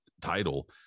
title